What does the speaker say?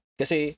kasi